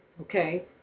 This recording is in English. Okay